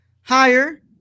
higher